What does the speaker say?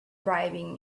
bribing